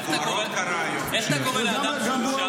איך אתה קורא לאדם שהורשע?